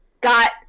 got